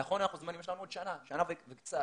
נכון, אנחנו זמניים, יש לנו עוד שנה, שנה וקצת,